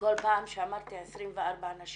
כל פעם שאמרתי 24 נשים